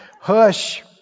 Hush